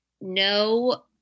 no